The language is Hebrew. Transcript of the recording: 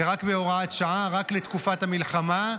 זה רק בהוראת שעה, רק לתקופת המלחמה,